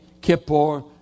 Kippur